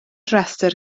rhestr